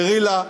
גרילה,